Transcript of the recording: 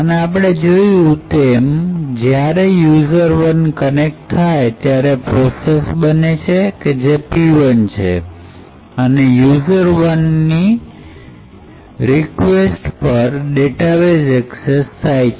અને આપણે જોયું તેમ જ્યારે યુઝર ૧ કનેક્ટ થાય ત્યારે પ્રોસેસ બને છે કે જે p ૧ છે અને યુઝરની કવેરી પર ડેટાબેઝ એક્સેસ થાય છે